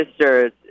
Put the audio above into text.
sisters